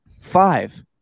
Five